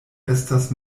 estas